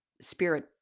spirit